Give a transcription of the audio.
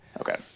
Okay